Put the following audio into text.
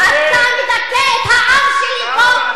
העם שלי פה.